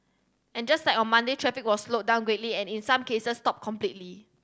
and just like on Monday traffic was slowed down greatly and in some cases stopped completely